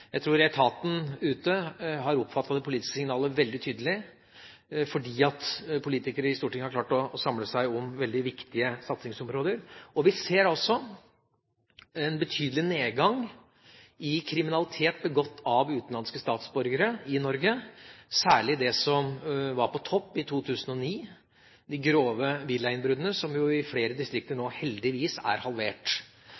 Jeg tror etaten ute har oppfattet det politiske signalet veldig tydelig, fordi politikerne i Stortinget har klart å samle seg om veldig viktige satsingsområder. Vi ser altså en betydelig nedgang i kriminalitet begått av utenlandske statsborgere i Norge, særlig den som var på topp i 2009, de grove villainnbruddene, som i flere distrikter nå